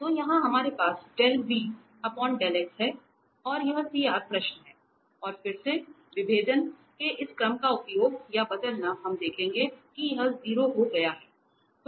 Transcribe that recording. तो यहां हमारे पास हैयह CR प्रश्न है और फिर से विभेदन के इस क्रम का उपयोग या बदलना हम देखेंगे कि यह 0 हो गया है